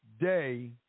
day